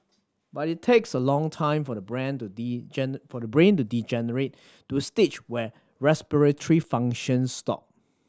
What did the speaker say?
but it takes a long time for the brain to for the brain to degenerate to a stage where respiratory functions stop